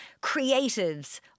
creatives